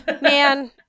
Man